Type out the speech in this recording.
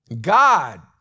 God